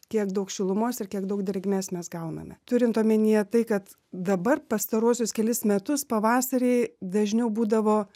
kiek daug šilumos ir kiek daug drėgmės mes gauname turint omenyje tai kad dabar pastaruosius kelis metus pavasariai dažniau būdavo